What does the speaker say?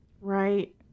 right